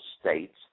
states